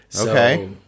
Okay